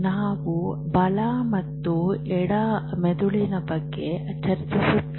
ನಾವು ಬಲ ಮತ್ತು ಎಡ ಮೆದುಳು ಮೆದುಳಿನ ಬಗ್ಗೆ ಚರ್ಚಿಸುತ್ತೇವೆ